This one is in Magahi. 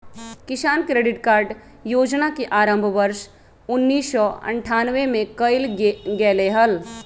किसान क्रेडिट कार्ड योजना के आरंभ वर्ष उन्नीसौ अठ्ठान्नबे में कइल गैले हल